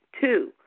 Two